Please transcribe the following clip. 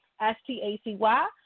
S-T-A-C-Y